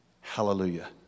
Hallelujah